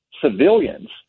civilians